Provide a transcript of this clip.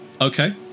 Okay